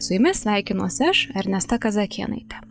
su jumis sveikinuosi aš ernesta kazakėnaitė